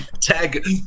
tag